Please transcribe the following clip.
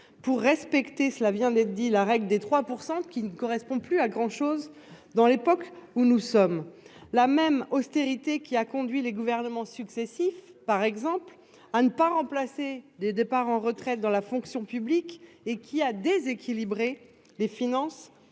pour respecter cela vient d'être dit, la règle des 3% qui ne correspond plus à grand chose dans l'époque où nous sommes là même austérité qui a conduit les gouvernements successifs par exemple à ne pas remplacer des départs en retraite dans la fonction publique et qui a déséquilibré les finances